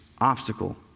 obstacle